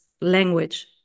language